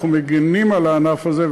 אנחנו מגינים על הענף הזה,